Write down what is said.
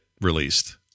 released